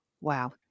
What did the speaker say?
Wow